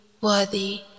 worthy